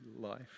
life